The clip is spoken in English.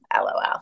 LOL